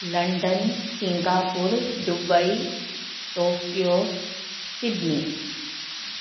London Singapore Dubai Tokyo Sydney